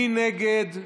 מי נגד?